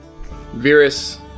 Virus